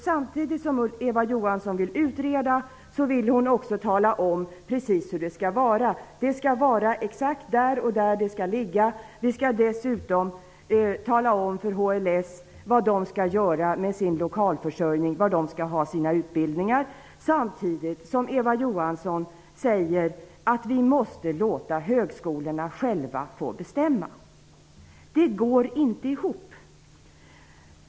Samtidigt som hon vill utreda säger hon precis hur det skall vara, att utbildningen skall ligga exakt där och där, och dessutom att vi skall tala om för HLS vad de skall göra för sin lokalförsörjning och var de skall ha sina utbildningar. Samtidigt säger Eva Johansson också att vi måste låta högskolorna själva få bestämma. Det går inte ihop.